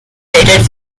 cultivated